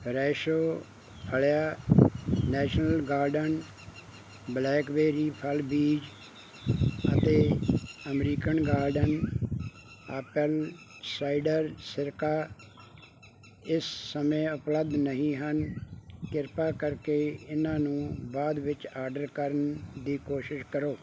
Fresho ਫਲੀਆਂ national garden blackberry ਫਲ ਬੀਜ ਅਤੇ ਅਮਰੀਕਨ ਗਾਰਡਨ ਐਪਲ ਸਾਈਡਰ ਸਿਰਕਾ ਇਸ ਸਮੇਂ ਉਪਲੱਬਧ ਨਹੀਂ ਹਨ ਕ੍ਰਿਪਾ ਕਰਕੇ ਇਹਨਾਂ ਨੂੰ ਬਾਅਦ ਵਿੱਚ ਆਰਡਰ ਕਰਨ ਦੀ ਕੋਸ਼ਿਸ਼ ਕਰੋ